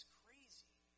crazy